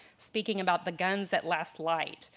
speaking about the guns at last light,